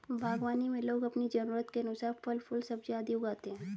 बागवानी में लोग अपनी जरूरत के अनुसार फल, फूल, सब्जियां आदि उगाते हैं